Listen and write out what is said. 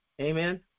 Amen